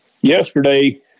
yesterday